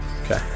Okay